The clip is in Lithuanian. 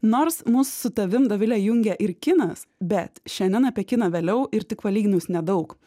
nors mus su tavim dovile jungia ir kinas bet šiandien apie kiną vėliau ir tik palyginus nedaug